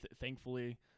thankfully